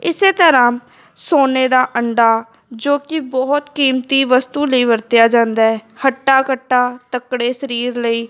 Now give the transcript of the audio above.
ਇਸੇ ਤਰ੍ਹਾਂ ਸੋਨੇ ਦਾ ਅੰਡਾ ਜੋ ਕਿ ਬਹੁਤ ਕੀਮਤੀ ਵਸਤੂ ਲਈ ਵਰਤਿਆ ਜਾਂਦਾ ਹੱਟਾ ਕੱਟਾ ਤਕੜੇ ਸਰੀਰ ਲਈ